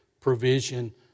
provision